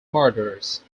murderers